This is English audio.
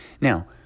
Now